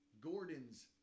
Gordon's